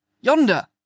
Yonder